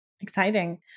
Exciting